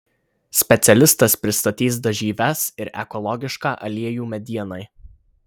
specialistas pristatys dažyves ir ekologišką aliejų medienai